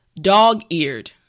Dog-eared